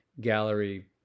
gallery